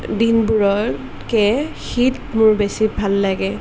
দিনবোৰতকৈ শীত মোৰ বেছি ভাল লাগে